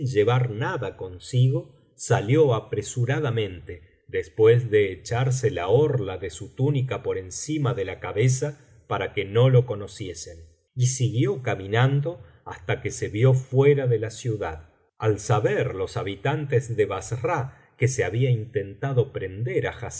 llevar nada consigo salió apresuradamente después de echarse la orla de su túnica por encima de la cabeza para que no lo